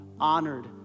honored